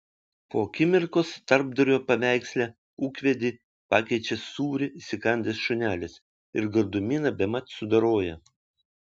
po akimirkos tarpdurio paveiksle ūkvedį pakeičia sūrį įsikandęs šunelis ir gardumyną bemat sudoroja